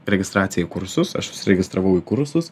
registraciją į kursus aš užsiregistravau į kursus